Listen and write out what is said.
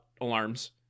alarms